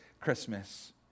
Christmas